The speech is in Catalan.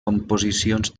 composicions